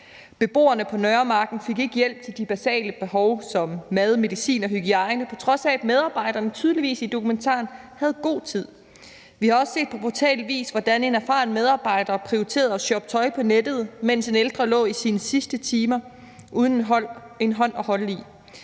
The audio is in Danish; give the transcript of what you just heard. Beboerne på Nørremarken fik ikke hjælp til de basale behov som mad, medicin og hygiejne, på trods af at medarbejderne tydeligvis i dokumentaren havde god tid. Vi har også set på brutal vis, hvordan en erfaren medarbejder prioriterede at shoppe tøj på nettet, mens en ældre lå i sine sidste timer uden en hånd at holde i.